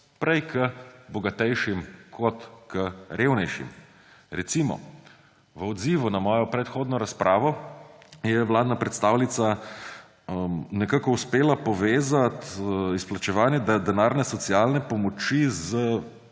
prej k bogatejšim kot k revnejšim. Recimo v odzivu na mojo predhodno razpravo je vladna predstavnica nekako uspela povezati izplačevanje denarne socialne pomoči s